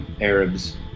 Arabs